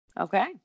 Okay